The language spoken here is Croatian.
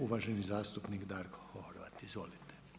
Uvaženi zastupnik Darko Horvat, izvolite.